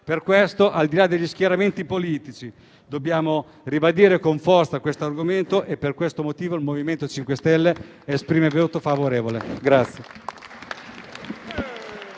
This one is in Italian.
Per questo, al di là degli schieramenti politici, dobbiamo ribadire con forza questo argomento e per questo motivo il MoVimento 5 Stelle esprimere voto favorevole.